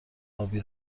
ابی